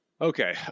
Okay